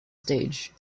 stage